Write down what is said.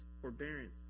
forbearance